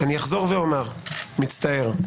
אני אחזור ואומר מצטער,